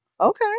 Okay